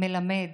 מלמד.